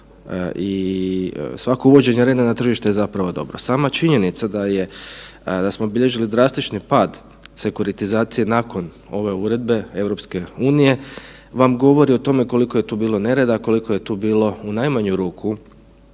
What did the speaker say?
i svako uvođenje reda na tržište je zapravo dobro. Sama činjenica da je, da smo bilježili drastični pad sekuritizacije nakon ove uredbe EU vam govori o tome koliko je tu bilo nereda, koliko je tu bilo u najmanju ruku